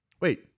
Wait